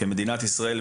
כמדינת ישראל,